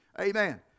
Amen